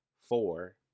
four